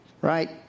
right